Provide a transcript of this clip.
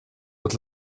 but